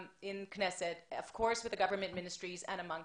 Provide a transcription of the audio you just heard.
אני חייבת להזכיר את הרב זקס ז"ל שיש לו מסר של אופטימיות ותקווה